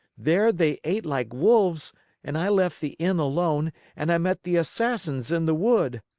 there they ate like wolves and i left the inn alone and i met the assassins in the wood.